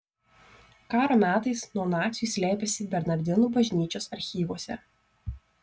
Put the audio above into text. karo metais nuo nacių jis slėpėsi bernardinų bažnyčios archyvuose